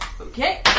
Okay